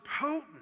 potent